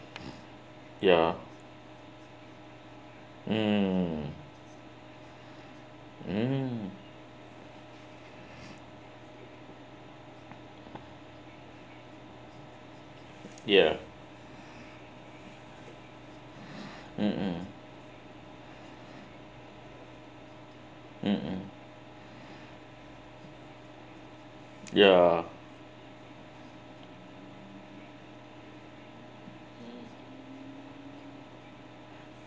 ya mm mm ya mmhmm mmhmm ya